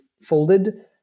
folded